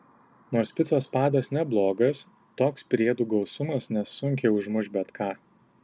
nors picos padas neblogas toks priedų gausumas nesunkiai užmuš bet ką